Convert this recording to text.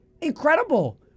incredible